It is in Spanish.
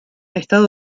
estado